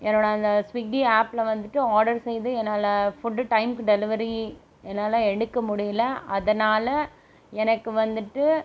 என்னோடய அந்த ஸ்விகி ஆப்பில் வந்துட்டு ஆர்டர் செய்து என்னால் ஃபுட்டு டைமுக்கு டெலிவரி என்னால் எடுக்க முடியல அதனால் எனக்கு வந்துட்டு